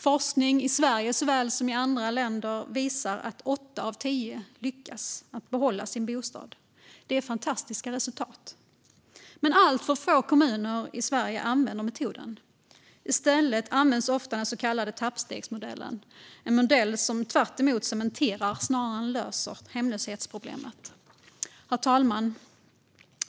Forskning i Sverige såväl som i andra länder visar att åtta av tio lyckas behålla sin bostad. Det är fantastiska resultat. Men alltför få kommuner i Sverige använder metoden. I stället används ofta den så kallade trappstegsmodellen, en metod som tvärtom cementerar snarare än löser hemlöshetsproblemet. Herr talman!